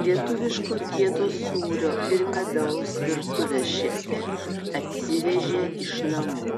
lietuviško kieto sūrio ir medaus virtuvės šefė atsivežė iš namų